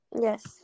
Yes